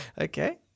Okay